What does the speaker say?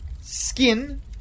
skin